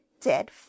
dead